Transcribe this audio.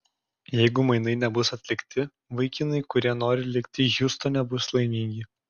jeigu mainai nebus atlikti vaikinai kurie nori likti hjustone bus laimingi